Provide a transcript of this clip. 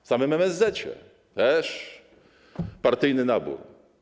W samym MSZ-ecie też partyjny nabór.